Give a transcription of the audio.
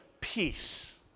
peace